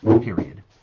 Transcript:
Period